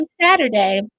Saturday